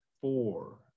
four